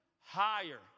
Higher